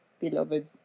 beloved